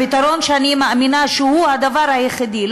הפתרון שאני מאמינה שהוא הדבר היחידי,